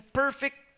perfect